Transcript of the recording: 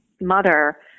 mother